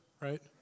right